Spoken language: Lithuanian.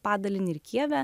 padalinį ir kijeve